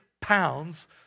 pounds